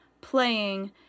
playing